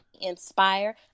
Inspire